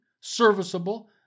serviceable